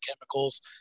chemicals